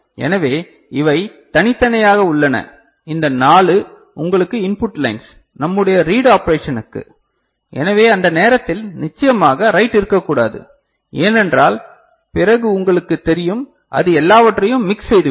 எனவே இவை தனித்தனியாக உள்ளன இந்த 4 உங்களுக்கு இன்புட் லைன்ஸ் நம்முடைய ரீட் ஆபரேஷனுக்கு எனவே அந்த நேரத்தில் நிச்சயமாக ரைட் இருக்கக்கூடாது ஏனென்றால் பிறகு உங்களுக்குத் தெரியும் அது எல்லாவற்றையும் மிக்ஸ் செய்து விடும்